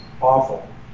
awful